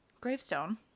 gravestone